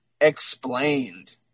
explained